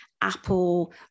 Apple